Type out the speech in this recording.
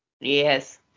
Yes